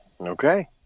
Okay